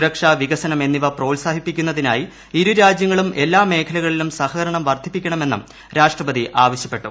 സുരക്ഷ വികസനം എന്നിവ പ്രോത്സാഹിപ്പിക്കുന്നതിനായി ഇരു രാജ്യങ്ങളും എല്ലാ മേഖലകളിലും സഹകരണം വർദ്ധിപ്പിക്കണമെന്നും രാഷ്ട്രപതി ആവശ്യപ്പെട്ടു